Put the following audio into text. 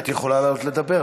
את יכולה לעלות לדבר.